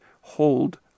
hold